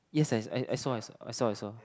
yes I I I saw I saw I saw I saw